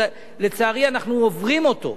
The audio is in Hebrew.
לצערי אנחנו עוברים אותו.